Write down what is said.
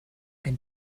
ein